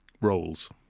roles